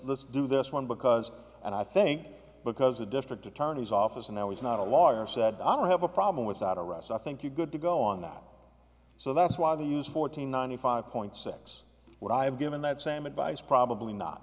let's do this one because and i think because the district attorney's office and i was not a lawyer said i don't have a problem with that arrest i think you good to go on that so that's why they use fourteen ninety five point six what i have given that same advice probably not